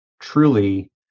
truly